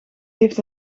heeft